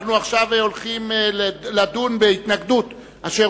אנחנו עכשיו הולכים לדון בהתנגדות אשר